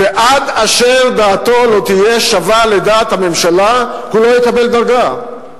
ועד אשר דעתו לא תהיה שווה לדעת הממשלה הוא לא יקבל דרגה.